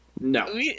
no